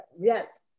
Yes